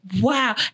wow